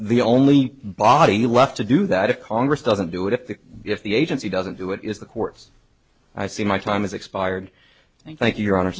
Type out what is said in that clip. the only body left to do that of congress doesn't do it if the if the agency doesn't do it is the courts i see my time has expired and i thank you your hon